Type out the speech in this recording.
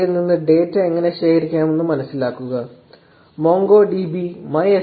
ൽ നിന്ന് ഡാറ്റ എങ്ങനെ ശേഖരിക്കാമെന്ന് മനസിലാക്കുക മോംഗോ ഡിബി മൈ സ്